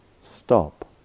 Stop